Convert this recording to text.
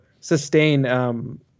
sustain –